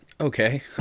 Okay